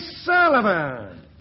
Sullivan